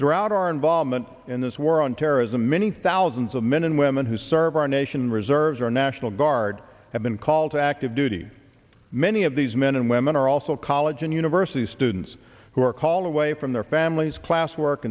throughout our involvement in this war on terrorism many thousands of men and women who serve our nation reserves or national guard have been called to active duty many of these men and women are also college and university students who are call away from their families class work